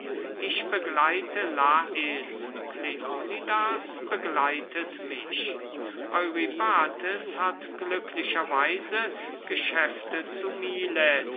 ich begleite lais kleonidas begleitet mich eurybates hat glücklicher weise geschäfte zu milet